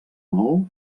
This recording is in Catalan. maó